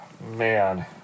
Man